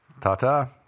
Ta-ta